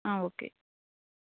okay